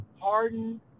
Harden